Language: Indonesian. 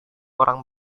orang